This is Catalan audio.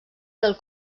del